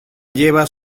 lleva